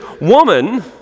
woman